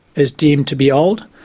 is deemed to be old.